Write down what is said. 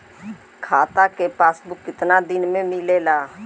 खाता के पासबुक कितना दिन में मिलेला?